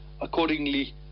accordingly